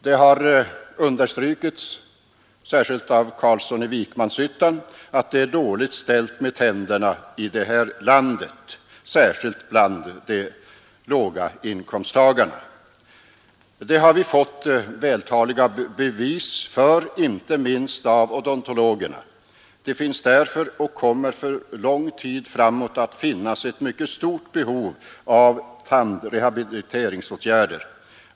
Det har understrukits, särskilt av herr Carlsson i Vikmanshyttan, att det är dåligt ställt med tänderna i det här landet, speciellt hos låginkomst tagarna. Detta har vi fått vältaliga bevis för, inte minst av odontologerna. Det finns därför — och kommer för lång tid framåt att finnas — ett mycket stort behov av tandrehabiliteringsåtgärder.